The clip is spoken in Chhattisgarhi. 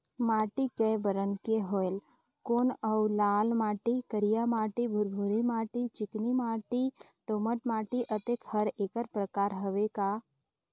माटी कये बरन के होयल कौन अउ लाल माटी, करिया माटी, भुरभुरी माटी, चिकनी माटी, दोमट माटी, अतेक हर एकर प्रकार हवे का?